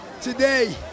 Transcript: today